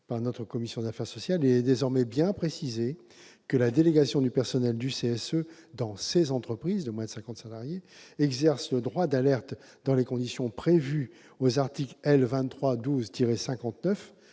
par notre commission des affaires sociales, il est désormais bien précisé que la délégation du personnel du CSE dans ces entreprises exerce le droit d'alerte dans les conditions prévues aux articles L. 2312-59